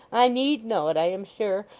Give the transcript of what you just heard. i need know it, i am sure.